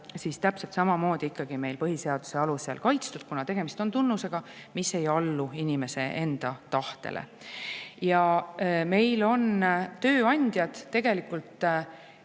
on täpselt samamoodi meil põhiseaduse alusel kaitstud, kuna tegemist on tunnusega, mis ei allu inimese enda tahtele. Ja meil Eestis on tööandjad tegelikult